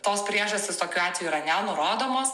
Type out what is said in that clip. tos priežastys tokiu atveju yra nenurodomos